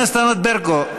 חברת הכנסת ענת ברקו,